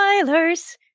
spoilers